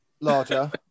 Larger